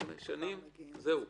חמש שנים זהו.